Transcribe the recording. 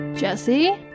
Jesse